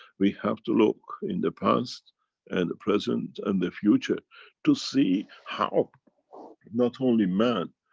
we have to look in the past and the present and the future to see how not only man,